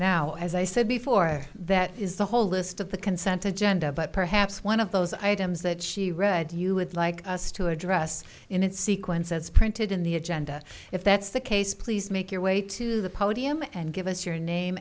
now as i said before that is the whole list of the consent agenda but perhaps one of those items that she read you would like us to address in sequence as printed in the agenda if that's the case please make your way to the podium and give us your name